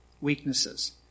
weaknesses